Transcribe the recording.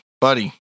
buddy